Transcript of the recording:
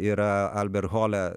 yra alberhole